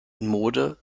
mode